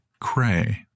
Cray